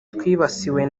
twibasiwe